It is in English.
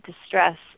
distress